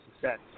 success